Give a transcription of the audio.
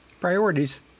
Priorities